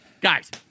guys